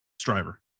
striver